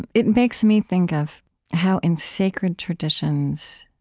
and it makes me think of how, in sacred traditions,